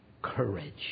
Courage